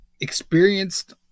experienced